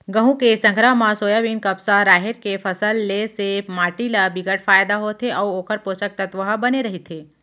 गहूँ के संघरा म सोयाबीन, कपसा, राहेर के फसल ले से माटी ल बिकट फायदा होथे अउ ओखर पोसक तत्व ह बने रहिथे